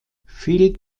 phil